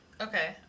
okay